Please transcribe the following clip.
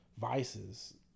vices